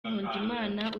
nkundimana